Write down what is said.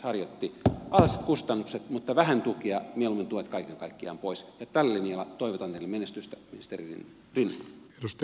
alas kustannukset mutta vähän tukea mieluummin tuet kaiken kaikkiaan pois ja tällä linjalla toivotan teille menestystä ministeri rinne